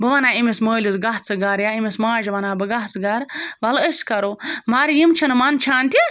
بہٕ وَنہٕ ہا أمِس مٲلِس گژھ ژٕ گرٕ یا أمِس ماجہِ وَنہٕ ہا بہٕ گژھ گَرٕ وَلہٕ أسۍ کَرو مگر یِم چھِنہٕ منٛدچھان تہِ